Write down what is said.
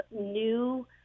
new